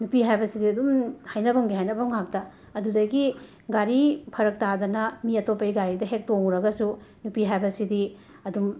ꯅꯨꯄꯤ ꯍꯥꯏꯕꯁꯤꯗꯤ ꯑꯗꯨꯝ ꯍꯥꯏꯅꯐꯝꯒꯤ ꯍꯥꯏꯅꯐꯝ ꯉꯥꯛꯇ ꯑꯗꯨꯗꯒꯤ ꯒꯥꯔꯤ ꯐꯔꯛ ꯇꯥꯗꯅ ꯃꯤ ꯑꯇꯣꯞꯄꯒꯤ ꯒꯥꯔꯤꯗ ꯍꯦꯛ ꯇꯣꯡꯉꯨꯔꯒꯁꯨ ꯅꯨꯄꯤ ꯍꯥꯏꯕꯁꯤꯗꯤ ꯑꯗꯨꯝ